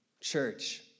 church